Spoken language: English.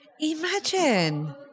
Imagine